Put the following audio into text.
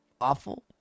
awful